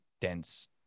dense